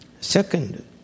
Second